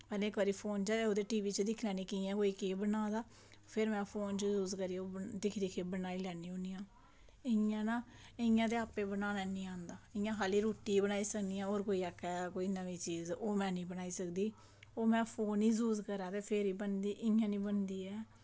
ते एह् टीवी बिच दिक्खी लैने की कुन कियां कोई केह् बना दा फिर में फोन दिक्खी दिक्खी बनाई लैनी होनी आं इंया ना इंया आपें बनाना निं आंदा इंया खाली में रुट्टी बनाई सकनी आं होर कोई आक्खै होर क कोई चीज़ ऐनी बनाई सकदी ओह् में फोन ई यूज़ करांऽ ता गै बनी सकदी इंया निं बनी सकदी ऐ